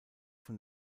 von